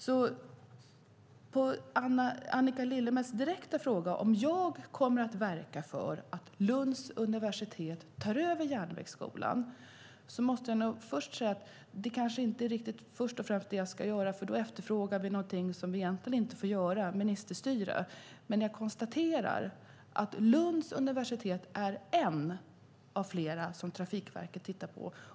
På Annika Lillemets direkta fråga om jag kommer att verka för att Lunds universitet tar över Järnvägsskolan måste jag nog säga att det kanske inte är det jag först och främst ska göra. Det är att efterfråga någonting som jag inte får göra, och det är ministerstyre. Men jag konstaterar att Lunds universitet är en av flera aktörer som Trafikverket tittar på.